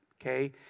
okay